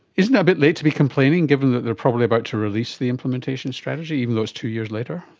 isn't that a bit late to be complaining, given that they are probably about to release the implementation strategy, even though it's two years later?